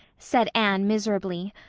said anne miserably.